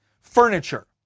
furniture